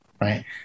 right